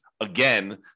again